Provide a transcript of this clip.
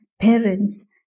parents